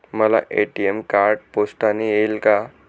मला ATM card पोस्टाने येईल का?